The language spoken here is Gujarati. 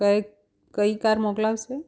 કઈ કઈ કાર મોકલાવશે